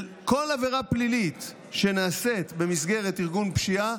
כל עבירה פלילית שנעשית במסגרת ארגון פשיעה,